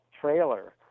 trailer